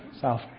south